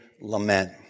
lament